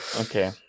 Okay